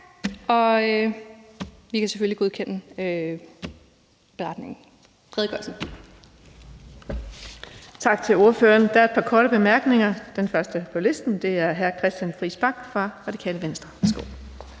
18:28 Den fg. formand (Birgitte Vind): Tak til ordføreren. Der er et par korte bemærkninger, og den første på listen er hr. Christian Friis Bach fra Radikale Venstre.